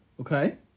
Okay